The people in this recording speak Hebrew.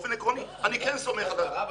באופן עקרוני אני כן סומך על -- הרב,